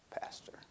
pastor